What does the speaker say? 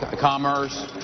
commerce